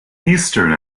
eastern